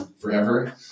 forever